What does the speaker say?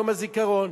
יום הזיכרון,